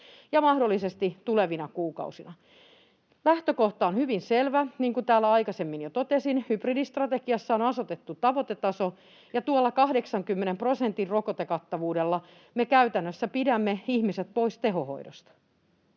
ja mahdollisesti tulevina kuukausina. Lähtökohta on hyvin selvä: niin kuin täällä aikaisemmin jo totesin, hybridistrategiassa on asetettu tavoitetaso, ja tuolla 80 prosentin rokotekattavuudella me käytännössä pidämme ihmiset pois tehohoidosta.